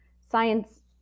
science